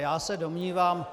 Já se domnívám